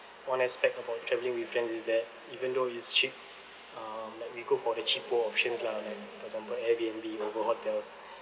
one aspect about travelling with friends is that even though it's cheap um like we go for the cheaper options lah like for example Air_B_N_B over hotels